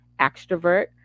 extrovert